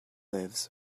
lives